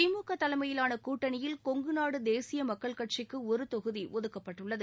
திமுக தலைமையிலாள கூட்டணியில் கொங்குநாடு தேசிய மக்கள் கட்சிக்கு ஒரு தொகுதி ஒதுக்கப்பட்டுள்ளது